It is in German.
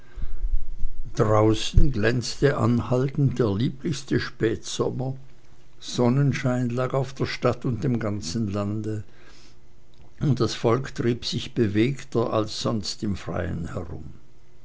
draußen glänzte anhaltend der lieblichste spätsommer sonnenschein lag auf der stadt und dem ganzen lande und das volk trieb sich bewegter als sonst im freien herum